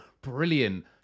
brilliant